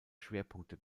schwerpunkte